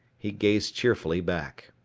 he gazed cheerfully back.